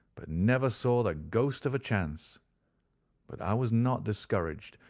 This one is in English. but never saw the ghost of a chance but i was not discouraged,